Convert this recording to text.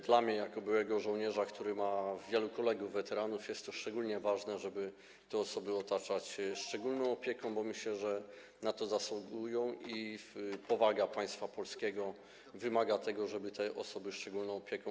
Dla mnie jako byłego żołnierza, który ma wielu kolegów weteranów, jest bardzo ważne to, żeby te osoby otaczać szczególną opieką, bo myślę, że na to zasługują, jak również powaga państwa polskiego wymaga tego, żeby te osoby otaczać szczególną opieką.